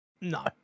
no